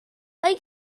hay